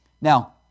Now